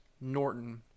Norton